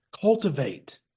cultivate